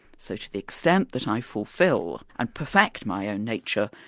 so to the extent that i fulfill and perfect my own nature,